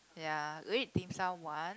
ya we ate dim-sum one